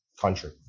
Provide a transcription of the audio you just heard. country